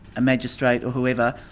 a magistrate or whoever,